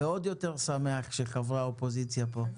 ועוד יותר שמח שחברי האופוזיציה פה,